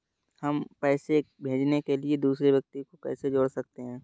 हम पैसे भेजने के लिए दूसरे व्यक्ति को कैसे जोड़ सकते हैं?